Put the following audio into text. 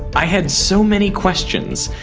i had so many questions.